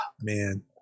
man